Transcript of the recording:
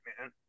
man